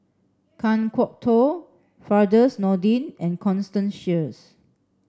Kan Kwok Toh Firdaus Nordin and Constance Sheares